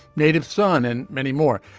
native son and many more.